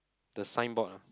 the signboard ah